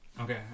Okay